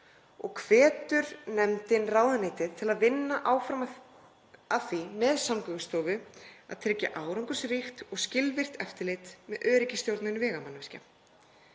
og hvetur nefndin ráðuneytið til að vinna áfram að því með Samgöngustofu að tryggja árangursríkt og skilvirkt eftirlit með öryggisstjórnun vegamannvirkja.